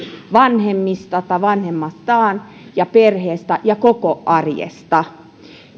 vanhemmistaan tai vanhemmastaan ja perheestään ja koko arjesta